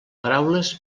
paraules